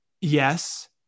Yes